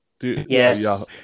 Yes